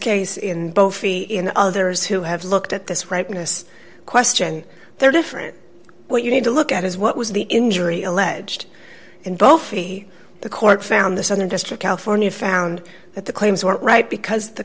case in both feet and others who have looked at this rightness question they're different what you need to look at is what was the injury alleged in both the court found the southern district california found that the claims were right because the